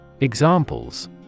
Examples